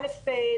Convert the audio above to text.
א',